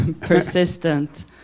persistent